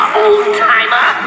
old-timer